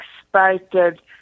expected